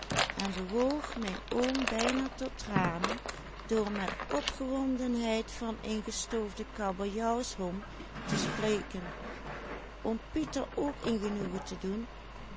van een gestoofden kabeljauwshom te spreken om pieter ook een genoegen te doen